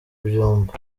byumba